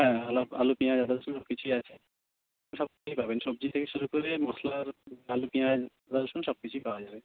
হ্যাঁ আলাপ আলু পেঁয়াজ আদা রসুন সব কিছুই আছে সব কিছুই পাবেন সবজি থেকে শুরু করে মশলা আলু পেঁয়াজ আদা রসুন সব কিছুই পাওয়া যাবে